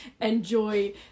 enjoy